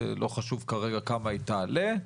לא חשוב כרגע כמה היא תעלה,